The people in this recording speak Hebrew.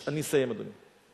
אני מסיים, אדוני.